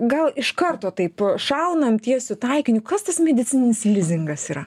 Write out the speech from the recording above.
gal iš karto taip šaunam tiesiu taikiniu kas tas medicininis lizingas yra